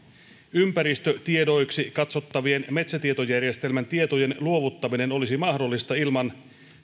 ympäristötiedoiksi katsottavien metsätietojärjestelmän tietojen luovuttaminen olisi mahdollista ilman